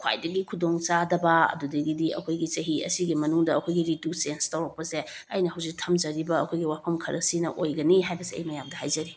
ꯈ꯭ꯋꯥꯏꯗꯒꯤ ꯈꯨꯗꯣꯡ ꯆꯥꯗꯕ ꯑꯗꯨꯗꯒꯤꯗꯤ ꯑꯩꯈꯣꯏꯒꯤ ꯆꯍꯤ ꯑꯁꯤꯒꯤ ꯃꯅꯨꯡꯗ ꯑꯩꯈꯣꯏꯒꯤ ꯔꯤꯇꯨ ꯆꯦꯟꯖ ꯇꯧꯔꯛꯄꯁꯦ ꯑꯩꯅ ꯍꯧꯖꯤꯛ ꯊꯝꯖꯔꯤꯕ ꯑꯩꯈꯣꯏꯒꯤ ꯋꯥꯐꯝ ꯈꯔꯁꯤꯅ ꯑꯣꯏꯒꯅꯤ ꯍꯥꯏꯕꯁꯦ ꯑꯩ ꯃꯌꯥꯝꯗ ꯍꯥꯏꯖꯔꯤ